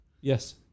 Yes